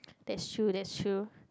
that shoes that shoes